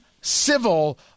civil